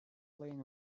playing